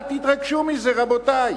אל תתרגשו מזה, רבותי.